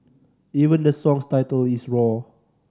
even the song's title is roar